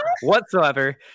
whatsoever